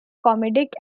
comedic